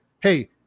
hey